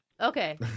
Okay